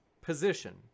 position